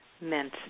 meant